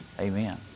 Amen